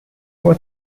was